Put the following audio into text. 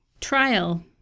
Trial